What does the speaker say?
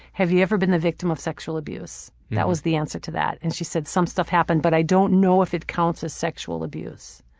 have you ever been the victim of sexual abuse? that was the answer to that, and she said some stuff happened but i don't know if it counts as sexual abuse.